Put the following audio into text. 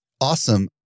Awesome